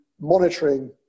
monitoring